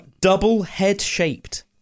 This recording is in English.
double-head-shaped